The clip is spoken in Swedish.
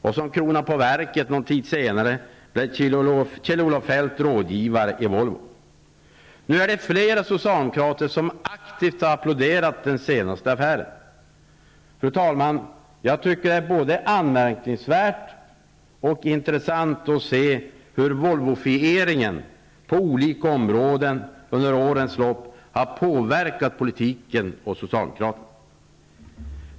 Någon tid senare och som kronan på verket blev Kjell-Olof Feldt rådgivare i Volvo. Nu är det flera socialdemokrater som har applåderat den senaste affären. Fru talman! Jag tycker att det är både anmärkningsvärt och intressant att se hur volvofieringen på olika områden under årens lopp har påverkat politiken och socialdemokraterna.